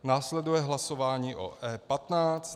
Následuje hlasování o E15.